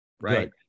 right